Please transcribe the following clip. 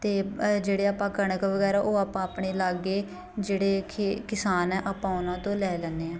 ਅਤੇ ਜਿਹੜੇ ਆਪਾਂ ਕਣਕ ਵਗੈਰਾ ਉਹ ਆਪਾਂ ਆਪਣੇ ਲਾਗੇ ਜਿਹੜੇ ਖੇ ਕਿਸਾਨ ਆ ਆਪਾਂ ਉਹਨਾਂ ਤੋਂ ਲੈ ਲੈਂਦੇ ਹਾਂ